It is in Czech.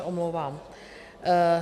Omlouvám se.